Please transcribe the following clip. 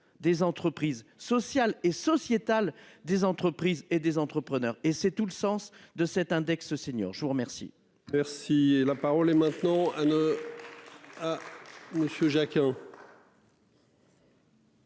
des entreprises, sociale et sociétale des entreprises et des entrepreneurs et c'est tout le sens de cet index seniors, je vous remercie. Merci la parole est maintenant à nos.